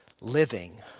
living